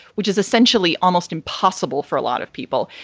which is essentially almost impossible for a lot of people.